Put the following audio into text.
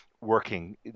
working